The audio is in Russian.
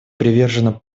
привержена